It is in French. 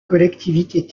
collectivités